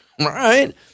right